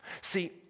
See